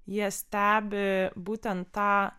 jie stebi būtent tą